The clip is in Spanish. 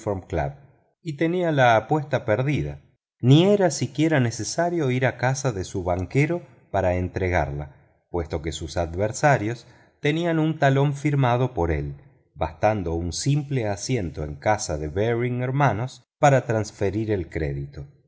y tenía la apuesta perdida ni era siquiera necesario ir a casa de su banquero para entregarla puesto que sus adversarios tenían un simple asiento en casa de baring hermanos para transferir el crédito